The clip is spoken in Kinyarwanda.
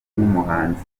nk’umuhanzi